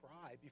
cry